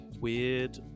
weird